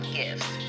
gifts